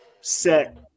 set